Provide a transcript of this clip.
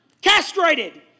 Castrated